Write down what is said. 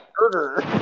murder